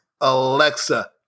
Alexa